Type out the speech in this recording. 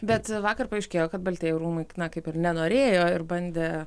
bet vakar paaiškėjo kad baltieji rūmai kaip ir nenorėjo ir bandė